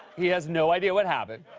he has no idea what happened.